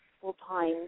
full-time